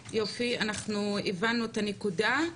אנחנו הבנו את הנקודה.